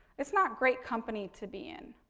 it's not great company to be in,